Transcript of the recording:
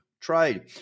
trade